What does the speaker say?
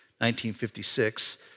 1956